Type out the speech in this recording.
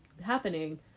happening